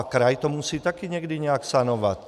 Kraj to musí také někdy nějak sanovat.